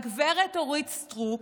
הגב' אורית סטרוק,